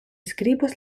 skribos